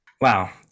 Wow